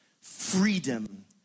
Freedom